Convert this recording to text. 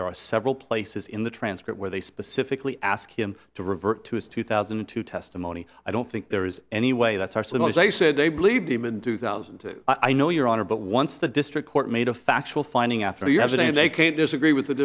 there are several places in the transcript where they specifically ask him to revert to his two thousand and two testimony i don't think there is any way that's arsenal is a said they believed him in two thousand and two i know your honor but once the district court made a factual finding after you have it and they can't disagree with the